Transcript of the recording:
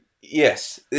Yes